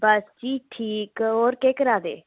बस जी ठीक होर केह् करादे